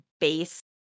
base